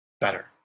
better